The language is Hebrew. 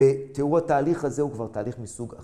‫בתיאור התהליך הזה ‫הוא כבר תהליך מסוג אחר.